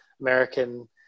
American